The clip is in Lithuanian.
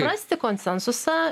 rasti konsensusą